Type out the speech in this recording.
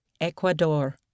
Ecuador